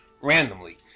Randomly